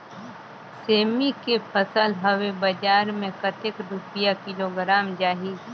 सेमी के फसल हवे बजार मे कतेक रुपिया किलोग्राम जाही?